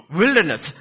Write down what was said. wilderness